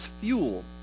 fuel